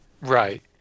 right